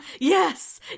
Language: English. Yes